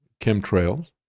chemtrails